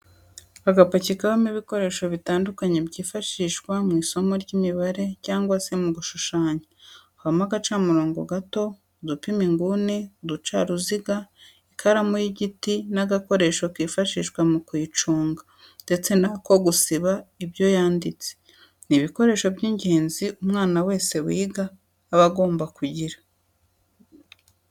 Agapaki kabamo ibikoresho bitandukanye byifashishwa mu isomo ry'imibare cyangwa se mu gushushanya, habamo agacamurongo gato, udupima inguni, uducaruziga, ikaramu y'igiti n'agakoresho kifashishwa mu kuyiconga ndetse n'ako gusiba ibyo yanditse, ni ibikoresho by'ingenzi umwana wese wiga aba agomba kugira.